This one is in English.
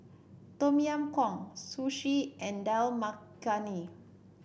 Tom Yam Goong Sushi and Dal Makhani